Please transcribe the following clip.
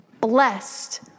blessed